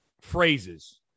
phrases